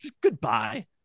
goodbye